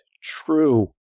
true